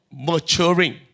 maturing